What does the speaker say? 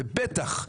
ובטח,